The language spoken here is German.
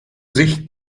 sicht